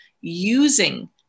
using